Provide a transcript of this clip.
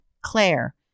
Claire